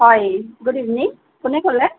হয় good evening কোনে ক'লে